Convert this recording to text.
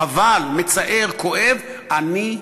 חבל, מצער, כואב, אני,